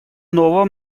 нового